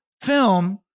film